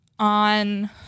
on